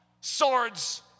swords